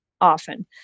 often